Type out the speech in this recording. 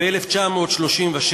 ב-1936,